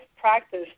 practice